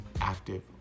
active